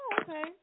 okay